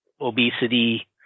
obesity